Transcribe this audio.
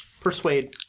persuade